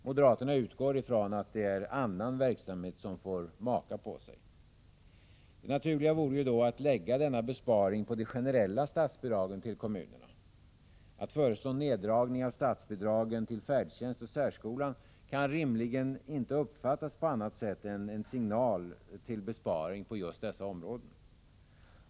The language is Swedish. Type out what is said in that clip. Moderaterna utgår ifrån att det är annan verksamhet som får maka på sig. Det naturliga vore att lägga denna besparing på de generella statsbidragen till kommunerna. Att föreslå neddragning av statsbidragen till färdtjänst och särskolan kan rimligen inte uppfattas på annat sätt än som en signal till besparing på just dessa områden.